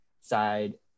side